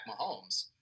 Mahomes